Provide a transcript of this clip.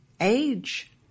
age